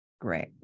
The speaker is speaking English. Great